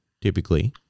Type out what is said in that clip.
typically